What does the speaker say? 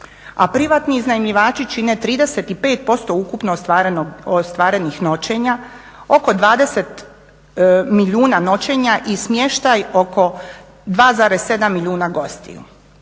privatni iznajmljivači čine 35% ukupno ostvarenih noćenja, oko 20 milijuna noćenja i smještaj oko 2,7 milijuna gostiju